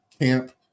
camp